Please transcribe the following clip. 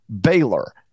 baylor